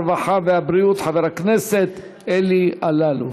הרווחה והבריאות, חבר הכנסת אלי אלאלוף.